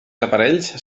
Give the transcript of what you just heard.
aparells